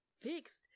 fixed